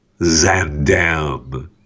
Zandam